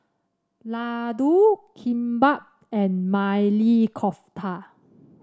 Ladoo Kimbap and Maili Kofta